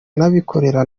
n’abikorera